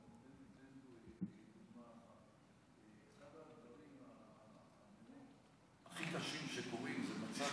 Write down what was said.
אני אתן דוגמה אחת: אחד הדברים באמת הכי קשים שקורים הוא במצב